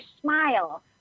smile